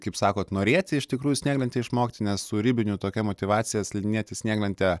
kaip sakote norėti iš tikrųjų snieglente išmokti nes su ribine tokia motyvacija slidinėti snieglente